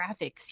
graphics